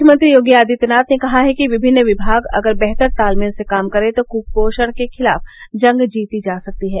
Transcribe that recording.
मुख्यमंत्री योगी आदित्यनाथ ने कहा है कि विभिन्न विभाग अगर बेहतर तालमेल से काम करें तो कुपोषण के खिलाफ जंग जीती जा सकती है